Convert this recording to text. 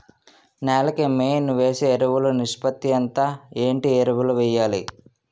నేల కి మెయిన్ వేసే ఎరువులు నిష్పత్తి ఎంత? ఏంటి ఎరువుల వేయాలి?